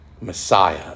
Messiah